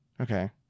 Okay